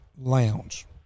lounge